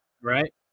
right